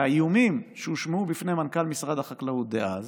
האיומים שהושמעו בפני מנכ"ל משרד החקלאות דאז